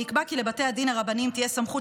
וייקבע כי לבתי הדין הרבניים תהיה סמכות